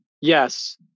yes